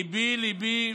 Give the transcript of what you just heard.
ליבי-ליבי